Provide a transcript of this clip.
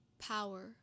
power